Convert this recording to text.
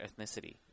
ethnicity